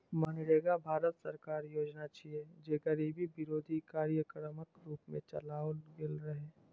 मनरेगा भारत सरकारक योजना छियै, जे गरीबी विरोधी कार्यक्रमक रूप मे चलाओल गेल रहै